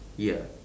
ya